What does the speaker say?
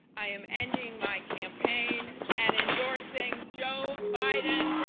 i am ending my campaign and endorsing joe biden